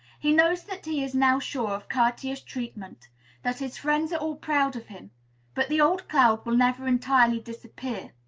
he knows that he is now sure of courteous treatment that his friends are all proud of him but the old cloud will never entirely disappear.